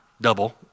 double